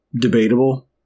Debatable